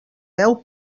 veu